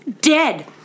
dead